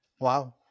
Wow